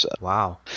Wow